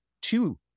two